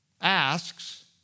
asks